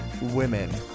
women